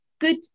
good